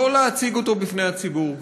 לא להציג אותו בפני הציבור.